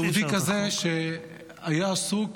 -- אבל יהודי כזה, שהיה עסוק